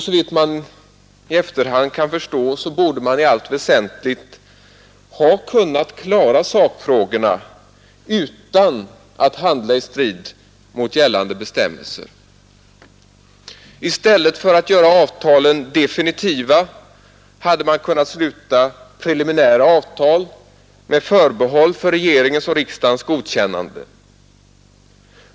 Såvitt vi i efterhand kan förstå borde man i allt väsentligt ha kunnat klara sakfrågorna utan att handla i strid mot gällande bestämmelser. I stället för att göra avtalen definitiva hade man kunnat sluta preliminära avtal med förbehåll för regeringens och riksdagens godkännande.